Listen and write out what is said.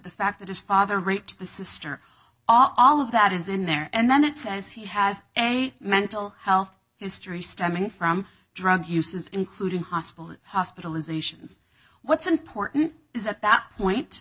the fact that his father rate the sister all of that is in there and then it says he has a mental health history stemming from drug use is including hospital hospitalizations what's important is at that point